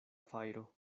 fajro